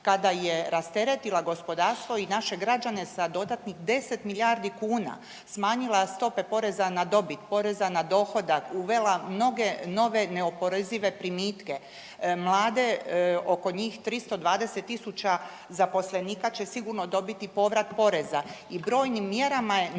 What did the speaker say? kada je rasteretila gospodarstvo i naše građane sa dodatnih 10 milijardi kuna, smanjila stope poreza na dobit, poreza na dohodak, uvela mnoge nove neoporezive primitke, mlade, oko njih 320.000 zaposlenika će sigurno dobiti povrat poreza i brojnim mjerama je nastojala